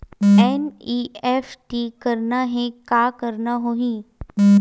NEFT करना हे का करना होही?